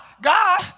God